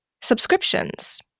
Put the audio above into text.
Subscriptions